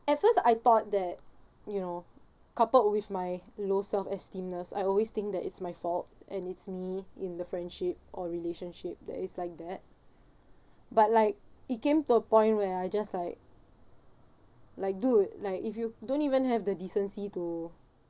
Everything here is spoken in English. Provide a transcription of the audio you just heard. at first I thought that you know coupled with my low self esteem-ness I always think that it's my fault and it's me in the friendship or relationship that is like that but like it came to a point where I just like like dude like if you don't even have the decency to